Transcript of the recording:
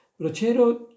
Rochero